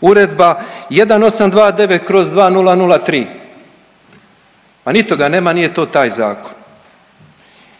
Uredba 1829/2003, a ni toga nema nije to taj zakon.